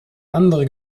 andere